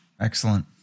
Excellent